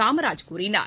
காமராஜ் கூறினார்